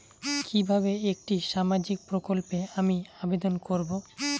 কিভাবে একটি সামাজিক প্রকল্পে আমি আবেদন করব?